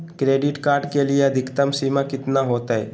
Credit card के अधिकतम सीमा कितना होते?